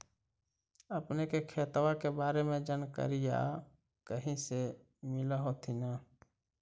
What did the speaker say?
अपने के खेतबा के बारे मे जनकरीया कही से मिल होथिं न?